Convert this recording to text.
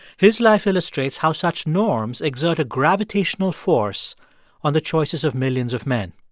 his life illustrates how such norms exert a gravitational force on the choices of millions of men